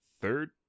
third